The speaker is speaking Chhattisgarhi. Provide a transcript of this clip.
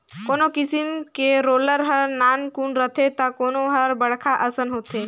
कोनो किसम के रोलर हर नानकुन रथे त कोनो हर बड़खा असन होथे